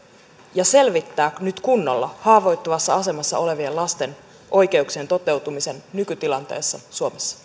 ja selvittää nyt kunnolla haavoittuvassa asemassa olevien lasten oikeuksien toteutumisen nykytilanteessa suomessa